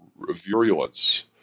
virulence